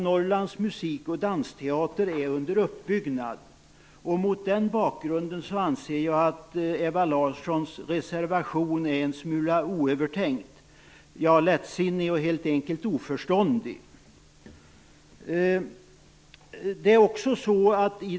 Norrlands musik och dansteater är under uppbyggnad, och mot den bakgrunden anser jag att Ewa Larssons reservation är en smula oövertänkt, ja lättsinnig och helt enkelt oförståndig.